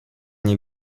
nie